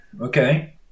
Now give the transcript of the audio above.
okay